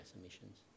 emissions